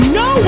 no